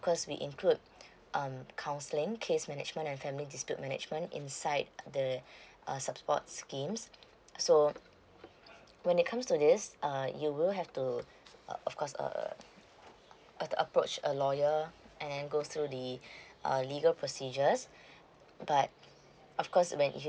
cause we include um counselling case management and family dispute management inside the uh support schemes so when it comes to this uh you will have to uh of course uh the approach a lawyer and go through the err legal procedures but of course when you